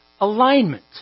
alignment